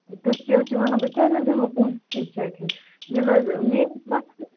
تٔتھۍ کیٛاہ حظ چھِو وَنان بہٕ کیٛازِ حظ دِمو پونٛسہٕ ٹی شارٹہِ ہِنٛدۍ ییٚلہِ حظ میٲنۍ